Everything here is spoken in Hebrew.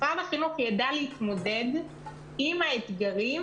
משרד החינוך יידע להתמודד עם האתגרים